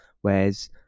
Whereas